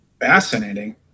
Fascinating